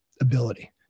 ability